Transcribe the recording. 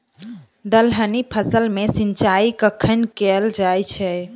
दलहनी फसल मे सिंचाई कखन कैल जाय छै?